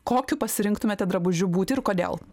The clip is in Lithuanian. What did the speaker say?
kokiu pasirinktumėte drabužiu būti ir kodėl